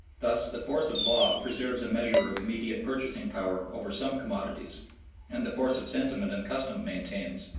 thus the force of law preserves a measure of immediate purchasing power over some commodities and the force of sentiment and custom maintains,